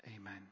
Amen